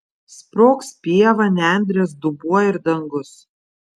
sprogs pieva nendrės dubuo ir dangus